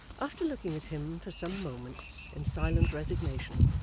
after looking at him for some moments in silent resignation,